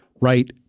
right